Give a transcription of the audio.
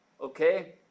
okay